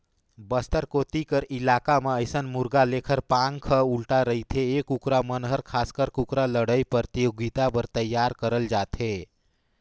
बस्तर कोती कर इलाका म अइसन मुरगा लेखर पांख ह उल्टा रहिथे ए कुकरा मन हर खासकर कुकरा लड़ई परतियोगिता बर तइयार करल जाथे